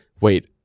Wait